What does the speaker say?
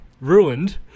ruined